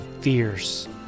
fierce